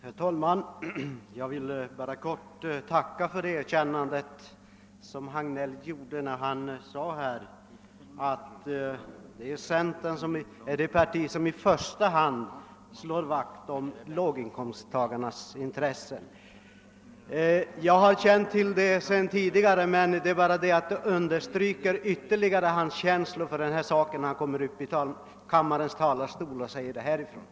Herr talman! Jag vill bara helt kort tacka för det erkännande som herr Hagnell gjorde när han sade att centern är det parti som främst slår vakt om låginkomsttagarnas intressen. Jag har känt till det sedan länge, men detta uttalande i kammarens talarstol understryker det ytterligare.